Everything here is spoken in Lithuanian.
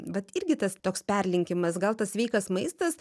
vat irgi tas toks perlenkimas gal tas sveikas maistas